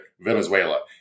Venezuela